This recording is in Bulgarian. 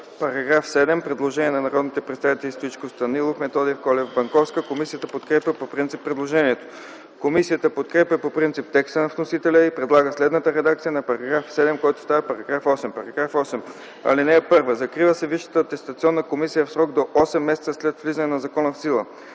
По § 7 има предложение на народните представители Стоичков, Станилов, Методиев, Колев и Банковска. Комисията подкрепя по принцип предложението. Комисията подкрепя по принцип текста на вносителя и предлага следната редакция на § 7, който става § 8: „§ 8. (1) Закрива се Висшата атестационна комисия в срок до 8 месеца след влизане на закона в сила.